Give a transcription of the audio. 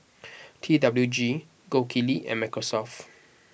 T W G Gold Kili and Microsoft